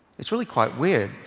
it's really quite weird.